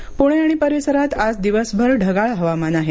हवामान पूणे आणि परिसरात आज दिवसभर ढगाळ हवामान आहे